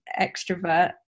extrovert